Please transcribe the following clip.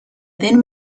then